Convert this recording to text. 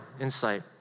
insight